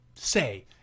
Say